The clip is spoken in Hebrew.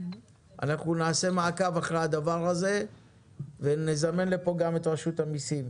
אנחנו נעשה מעקב אחרי הדבר הזה ונזמן לפה גם את רשות המיסים.